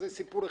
זה סיפור אחד.